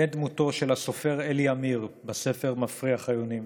בן דמותו של הסופר אלי עמיר בספר "מפריח היונים".